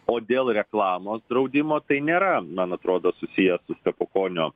o dėl reklamos draudimo tai nėra man atrodo susiję su stepukonio